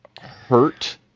hurt